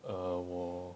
err 我